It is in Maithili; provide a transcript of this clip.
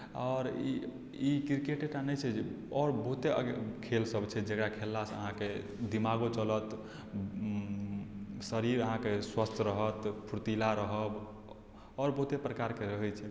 आओर ई ई क्रिकेटे टा नहि छै आओर बहुते खेलसभ छै जकरा खेललासँ अहाँके दिमागो चलत शरीर अहाँके स्वस्थ रहत फुर्तीला रहब आओर बहुते प्रकारके होइत छै